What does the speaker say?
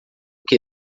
que